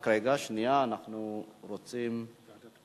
התשע"ב